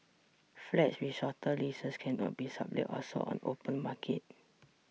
flats with shorter leases cannot be sublet or sold on the open market